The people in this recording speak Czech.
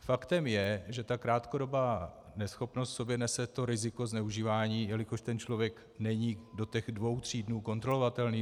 Faktem je, že krátkodobá neschopnost v sobě nese riziko zneužívání, jelikož ten člověk není do dvou tří dnů doma kontrolovatelný.